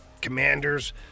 Commanders